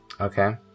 Okay